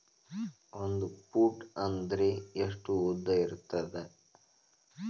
ಒಂದು ಫೂಟ್ ಅಂದ್ರೆ ಎಷ್ಟು ಉದ್ದ ಇರುತ್ತದ?